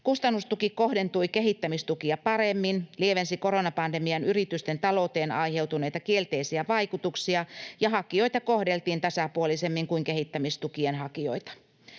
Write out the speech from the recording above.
Kustannustuki kohdentui kehittämistukia paremmin, lievensi koronapandemian yritysten talouteen aiheuttamia kielteisiä vaikutuksia, ja hakijoita kohdeltiin tasapuolisemmin kuin kehittämistukien hakijoita.